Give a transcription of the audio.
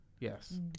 Yes